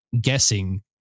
guessing